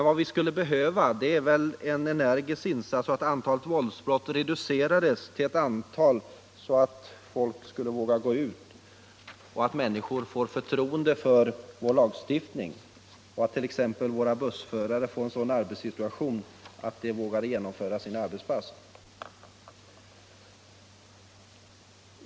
Vad vi skulle behöva är väl en energisk insats för att antalet våldsbrott skall reduceras så att folk vågar gå ut, så att människor får förtroende för vår lagstiftning och så att t.ex. våra bussförare får en sådan arbetssituation att de vågar genomföra sina arbetspass.